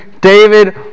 David